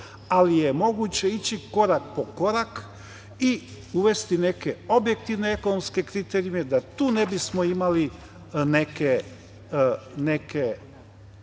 ali je moguće ići korak po korak i uvesti neke objektivne ekonomske kriterijume da tu ne bismo imali neka